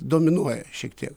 dominuoja šiek tiek